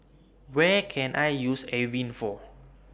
What Can I use Avene For